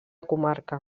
comarca